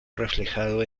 reflejado